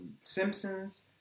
Simpsons